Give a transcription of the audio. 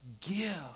Give